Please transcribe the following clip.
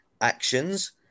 actions